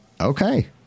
Okay